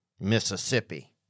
Mississippi